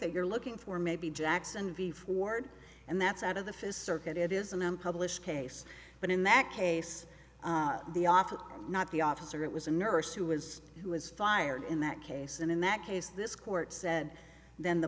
that you're looking for maybe jackson v ford and that's out of the fist circuit it is an m publish case but in that case the office not the officer it was a nurse who was who was fired in that case and in that case this court said then the